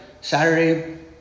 Saturday